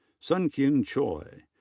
sun kyung choi.